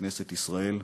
בכנסת ישראל.